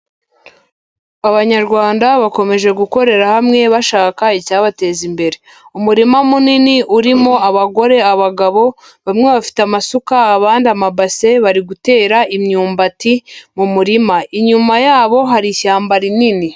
Abanyarwanda bakomeje gukorera hamwe bashaka icyabateza imbere. Umurima munini urimo abagore abagabo bamwe bafite amasuka abandi amabase barigutera imyumbati mu murima. Inyuma yabo hari ishyamba rinini.